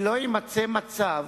שלא יימצא מצב